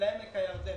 הירדן.